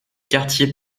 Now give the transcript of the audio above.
quartier